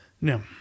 no